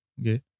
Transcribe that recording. Okay